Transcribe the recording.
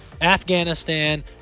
Afghanistan